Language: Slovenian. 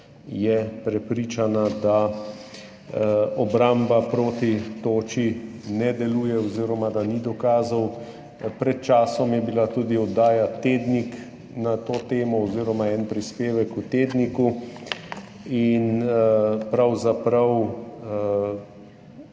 nas prepričana, da obramba proti toči ne deluje oziroma da ni dokazov. Pred časom je bila tudi oddaja Tednik na to temo oziroma en prispevek v Tedniku. Pravzaprav